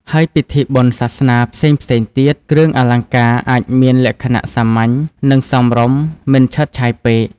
ហើយពិធីបុណ្យសាសនាផ្សេងៗទៀត គ្រឿងអលង្ការអាចមានលក្ខណៈសាមញ្ញ និង សមរម្យ មិនឆើតឆាយពេក។